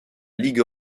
ligue